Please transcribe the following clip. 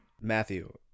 Matthew